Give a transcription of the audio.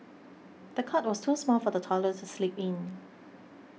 the cot was too small for the toddler to sleep in